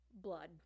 blood